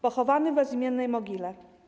Pochowany w bezimiennej mogile.